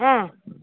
ம்